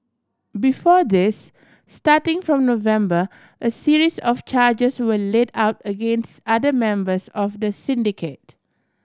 before this starting from November a series of charges were laid out against other members of the syndicate